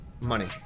Money